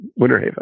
Winterhaven